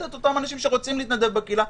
את אותם אנשים שרוצים להתנדב בקהילה,